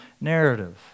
narrative